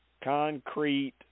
concrete